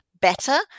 better